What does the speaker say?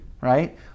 Right